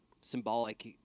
symbolic